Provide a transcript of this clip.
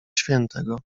świętego